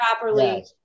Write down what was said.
properly